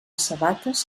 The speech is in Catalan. sabates